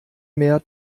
mehr